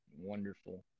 wonderful